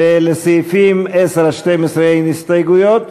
לסעיפים 10 12 אין הסתייגויות.